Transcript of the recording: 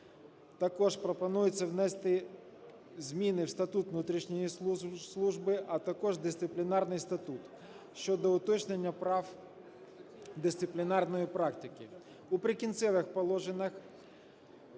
Також пропонується внести зміни в Статут внутрішньої служби, а також Дисциплінарний статут щодо уточнення прав дисциплінарної практики. У "Прикінцевих положеннях"